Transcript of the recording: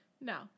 No